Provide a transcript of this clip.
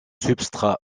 substrat